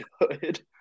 good